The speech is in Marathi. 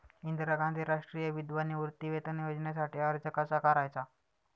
इंदिरा गांधी राष्ट्रीय विधवा निवृत्तीवेतन योजनेसाठी अर्ज कसा करायचा?